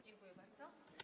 Dziękuję bardzo.